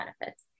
benefits